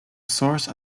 source